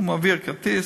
הוא מעביר כרטיס,